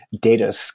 data